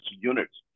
units